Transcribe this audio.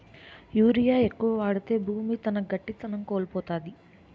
urea ఎక్కువ వాడితే భూమి తన గట్టిదనం కోల్పోతాది